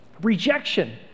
Rejection